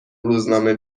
روزنامه